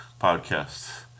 podcasts